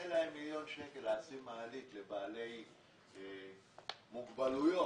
אין להם מיליון שקלים לשים מעלית לאנשים עם מוגבלות.